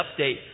update